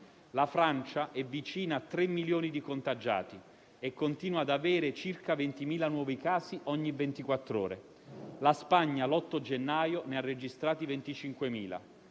la Francia è vicina a 3 milioni di contagiati e continua ad avere circa 20.000 nuovi casi ogni ventiquattr'ore ore; la Spagna, all'8 gennaio, ne ha registrati 25.000